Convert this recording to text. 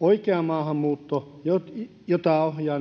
oikeaa maahanmuuttoa ohjaa